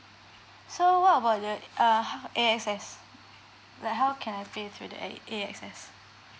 so about what about the ah A S X like how can I pay through the A A S X